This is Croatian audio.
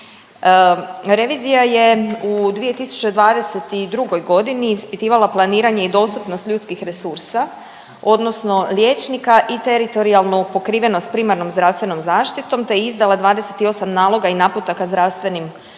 Revizija je u 2022. godini ispitivala planiranje i dostupnost ljudskih resursa odnosno liječnika i teritorijalnu pokrivenost primarnom zdravstvenom zaštitom te izdala 28 naloga i naputaka zdravstvenim ustanovama.